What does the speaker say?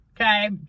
okay